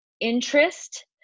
interest